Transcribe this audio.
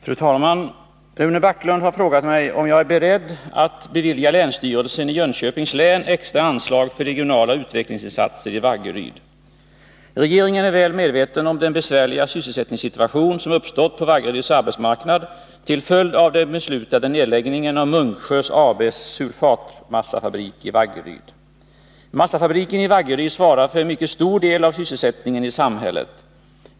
Fru talman! Rune Backlund har frågat mig om jag nu är beredd att bevilja länsstyrelsen i Jönköpings län extra anslag för regionala utvecklingsinsatser i Vaggeryd. Regeringen är väl medveten om den besvärliga sysselsättningssituation som uppstått på Vaggeryds arbetsmarknad till följd av den beslutade nedläggningen av Munksjö AB:s sulfatmassafabrik i Vaggeryd. Massafabriken i Vaggeryd svarar för en mycket stor del av sysselsättningen i samhället.